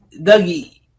Dougie